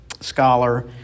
scholar